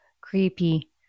creepy